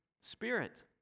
Spirit